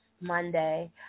Monday